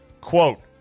Quote